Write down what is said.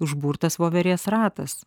užburtas voverės ratas